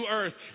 earth